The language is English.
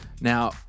Now